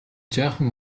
жаахан